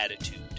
attitude